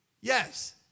Yes